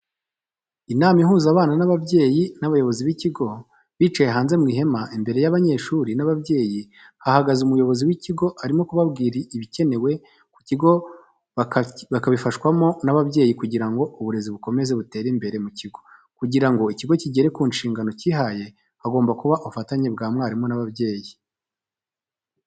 Inama ihuza abana nababyeyi nabayobozi bikigo bicaye hanze mwihema imbere yabanyeshuri nababyeyi hagaze umuyobozi wikigo arimo kubabwira ibicyenewe kukigo bakabifashwamo nababyeyi kugirango uburezi bukomeze butere imbere mukigo. kugirango ikigo kigere kunshingano kihaye hagomba kuba ubufatanye bwabarimu nababyeyi.